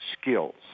skills